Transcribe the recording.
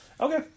Okay